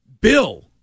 Bill